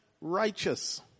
righteous